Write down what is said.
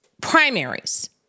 primaries